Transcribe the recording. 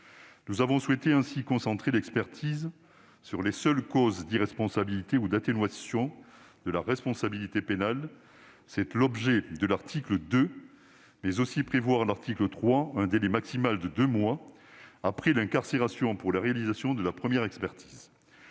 Nous avons ainsi souhaité concentrer l'expertise sur les seules causes d'irresponsabilité ou d'atténuation de la responsabilité pénale- c'est l'objet de l'article 2 -, mais aussi prévoir à l'article 3 un délai maximal de deux mois après l'incarcération pour la réalisation de la première expertise.